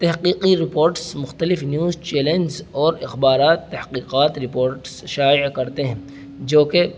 تحقیقی رپورٹس مختلف news channels اور اخبارات تحقیقات رپورٹس شائع کرتے ہیں جوکہ